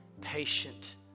patient